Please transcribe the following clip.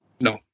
No